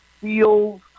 feels